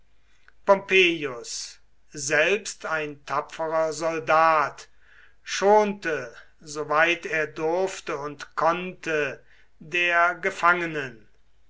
selbst ein tapferer soldat schonte soweit er durfte und konnte der gefangenen